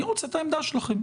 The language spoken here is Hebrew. אני רוצה את העמדה שלכם.